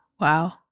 Wow